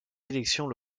élections